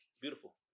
beautiful